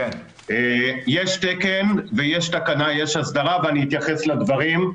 יש תקן ויש תקנה, יש הסדרה ואני אתייחס לדברים.